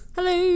Hello